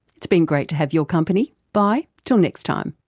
it's been great to have your company, bye, till next time